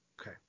Okay